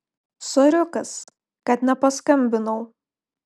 soriukas kad nepaskambinau